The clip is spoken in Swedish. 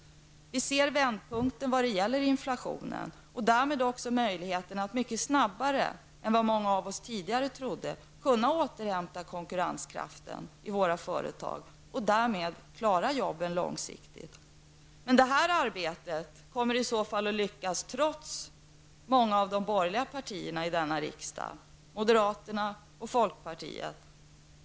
Vi ser vändpunkten när det gäller inflationen och därmed också möjligheten att mycket snabbare än vad många av oss tidigare trodde återhämta konkurrenskraften i våra företag och därmed klara jobben på lång sikt. Men det här arbetet kommer i så fall att lyckas trots många av de borgerliga partierna i riksdagen, trots moderaterna och folkpartiet.